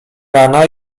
rana